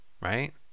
right